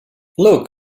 look